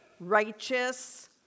righteous